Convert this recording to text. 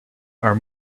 are